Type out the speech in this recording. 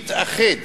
מתאחד